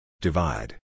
Divide